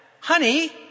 Honey